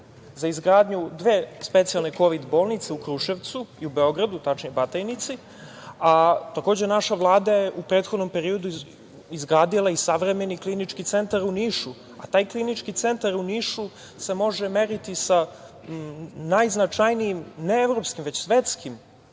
za izgradnju dve specijalne Kovid bolnice u Kruševcu i u Beogradu, tačnije Batajnici. Takođe, naša Vlada je u prethodnom periodu izgradila i savremeni Klinički centar u Nišu, a taj Klinički centar u Nišu se može meriti sa najznačajnijim ne evropskim, već svetskim